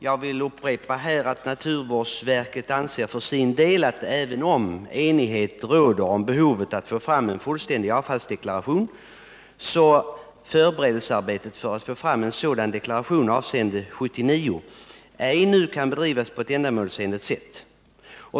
Jag vill här upprepa att naturvårdsverket för sin del anser att förberedelsearbetet för att få fram en fullständig avfallsdeklaration avseende 1979 — även om enighet råder om behovet av en sådan — nu ej kan bedrivas på ett ändamålsenligt sätt.